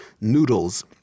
noodles